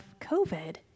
COVID